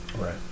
right